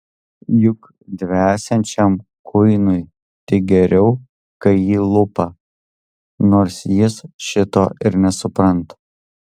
juk dvesiančiam kuinui tik geriau kai jį lupa nors jis šito ir nesupranta